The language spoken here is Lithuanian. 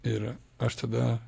ir aš tada